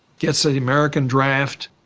gets the the american draft,